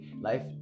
Life